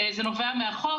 זה נובע מהחוק,